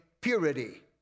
purity